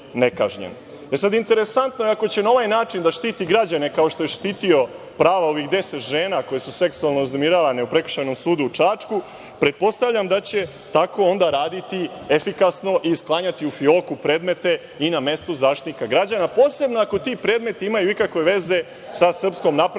nekažnjen. Interesantno je sada, ako će na ovaj način da štiti građane, kao što je štitio prava ovih 10 žena koje su seksualno uznemiravane u Prekršajnom sudu u Čačku, pretpostavljam da će tako onda raditi efikasno i sklanjati u fioku predmete i na mestu Zaštitnika građana, a posebno ako ti predmeti imaju ikakve veze sa Srpskom naprednom